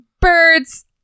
birds